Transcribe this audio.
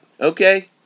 Okay